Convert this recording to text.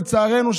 לצערנו,